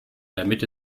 damit